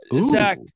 Zach